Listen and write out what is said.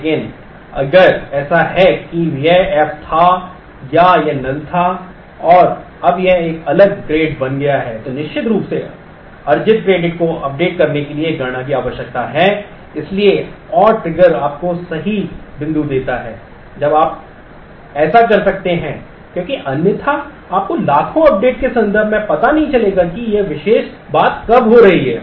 लेकिन अगर ऐसा है कि यह f था या यह null था और अब यह एक अलग ग्रेड बन गया है तो निश्चित रूप से अर्जित क्रेडिट को अपडेट आपको सही बिंदु देता है जब आप ऐसा कर सकते हैं क्योंकि अन्यथा आपको लाखों अपडेट के संदर्भ में पता नहीं चलेगा कि यह विशेष बात कब हो रही है